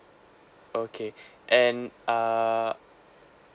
okay and uh